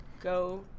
go